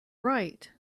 right